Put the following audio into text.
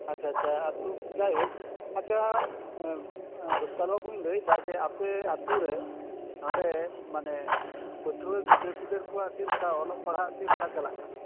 ᱟᱪᱪᱷᱟ ᱟᱪᱪᱷᱟ ᱟᱛᱳ ᱡᱟᱭᱦᱳᱠ ᱨᱩᱯᱞᱟᱞ ᱵᱟᱹᱵᱩᱢ ᱞᱟᱹᱭᱫᱟ ᱡᱮ ᱟᱯᱮ ᱟᱛᱳᱨᱮ ᱱᱚᱸᱰᱮ ᱢᱟᱱᱮ ᱯᱟᱹᱴᱷᱩᱣᱟᱹ ᱜᱤᱫᱟᱹᱨᱼᱯᱤᱫᱟᱹᱨ ᱠᱚᱣᱟᱜ ᱪᱮᱫᱞᱮᱠᱟ ᱚᱞᱚᱜ ᱯᱟᱲᱦᱟᱜ ᱪᱮᱫᱞᱮᱠᱟ ᱪᱟᱞᱟᱜ ᱠᱟᱱᱟ